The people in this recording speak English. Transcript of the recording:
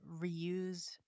reuse